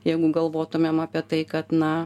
jeigu galvotumėm apie tai kad na